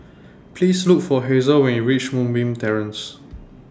Please Look For Hazel when YOU REACH Moonbeam Terrace